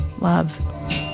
love